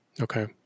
Okay